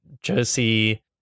Josie